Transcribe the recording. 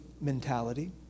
mentality